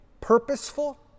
purposeful